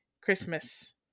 Christmas